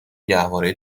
گهواره